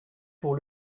pour